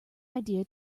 idea